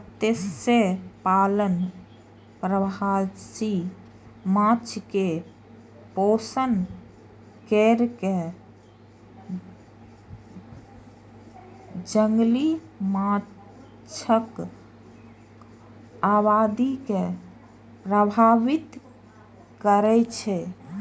मत्स्यपालन प्रवासी माछ कें पोषण कैर कें जंगली माछक आबादी के प्रभावित करै छै